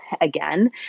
again